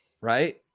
Right